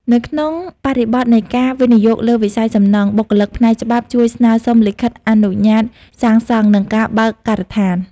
នៅក្នុងបរិបទនៃការវិនិយោគលើវិស័យសំណង់ បុគ្គលិកផ្នែកច្បាប់ជួយស្នើសុំលិខិតអនុញ្ញាតសាងសង់ និងការបើកការដ្ឋាន។